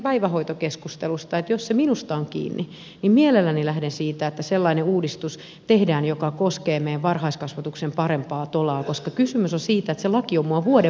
jos se minusta on kiinni niin mielelläni lähden siitä että sellainen uudistus tehdään joka koskee meidän varhaiskasvatuksen parempaa tolaa koska kysymys on siitä että se laki on minua vuoden vanhempi